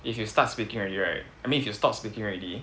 if you start speaking already right I mean if you stop speaking already